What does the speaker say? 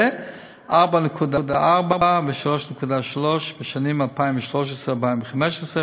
ל-4.4 ו-3.3 בשנים 2013 2015,